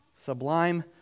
Sublime